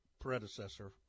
predecessor